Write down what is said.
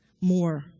more